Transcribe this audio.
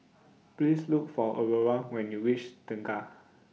Please Look For Aurora when YOU REACH Tengah